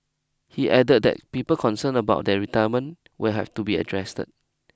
he added that people concerns about their retirement will have to be addressed